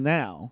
now